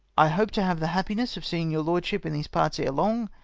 i hope to have the happiness of seeing your lordship in these parts ere long,